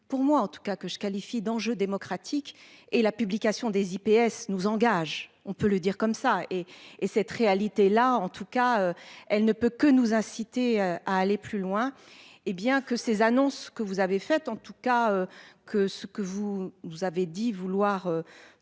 pour moi en tout cas que je qualifie d'enjeu démocratique et la publication des IPS nous engage, on peut le dire comme ça et et cette réalité là en tout cas elle ne peut que nous inciter à aller plus loin. Hé bien que ces annonces que vous avez fait en tout cas que ce que vous nous avez dit vouloir